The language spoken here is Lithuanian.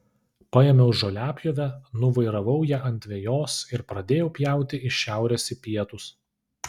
paėmiau žoliapjovę nuvairavau ją ant vejos ir pradėjau pjauti iš šiaurės į pietus